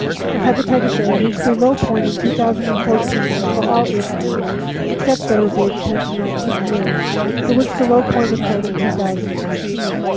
of hepatitis a reached a low point in two thousand and fourteen for all age groups except those aged ten to nineteen years for which the low point occurred in two thousand and fifteen.